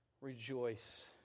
Rejoice